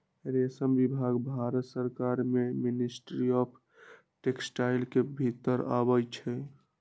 रेशम विभाग भारत सरकार के मिनिस्ट्री ऑफ टेक्सटाइल के भितर अबई छइ